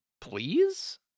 please